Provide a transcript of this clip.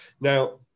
now